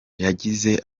yagize